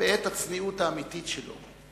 ואת הצניעות האמיתית שלו.